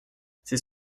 c’est